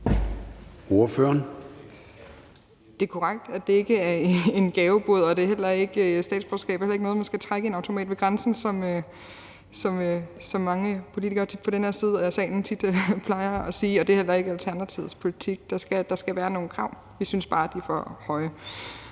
(ALT): Det er korrekt, at det ikke er en gavebod. Statsborgerskab er heller ikke noget, man skal trække i en automat ved grænsen, som mange politikere på den her side af salen tit plejer at sige, og det er heller ikke Alternativets politik. Der skal være nogle krav. Vi synes bare, de er for høje.